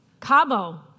Cabo